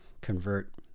convert